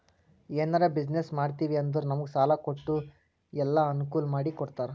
ಎನಾರೇ ಬಿಸಿನ್ನೆಸ್ ಮಾಡ್ತಿವಿ ಅಂದುರ್ ನಮುಗ್ ಸಾಲಾ ಕೊಟ್ಟು ಎಲ್ಲಾ ಅನ್ಕೂಲ್ ಮಾಡಿ ಕೊಡ್ತಾರ್